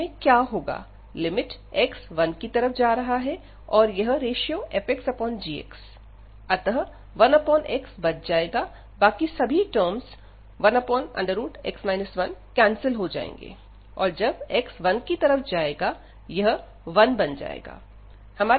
इसमें क्या होगा लिमिट x 1 की तरफ जा रहा है और यह fxgxअतः 1xबच जाएगा बाकी सब टर्म्स 1x 1 कैंसिल हो जाएंगे और जबx 1 की तरफ जाएगा यह है 1 बन जाएगा